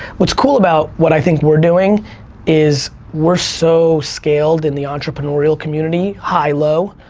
what's cool about what i think we're doing is we're so scaled in the entrepreneurial community, high, low,